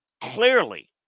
clearly